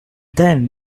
then